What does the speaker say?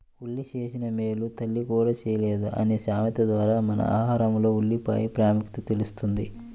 ఉల్లి చేసిన మేలు తల్లి కూడా చేయలేదు అనే సామెత ద్వారా మన ఆహారంలో ఉల్లిపాయల ప్రాముఖ్యత తెలుస్తుంది